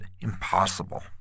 impossible